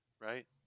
right